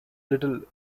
little